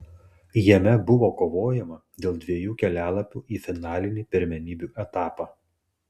jame buvo kovojama dėl dviejų kelialapių į finalinį pirmenybių etapą